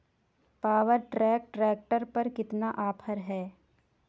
Power track tractor पर कितना offer है?